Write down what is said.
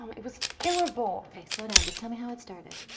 um it was terrible. okay. slow down. just tell me how it started.